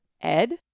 Ed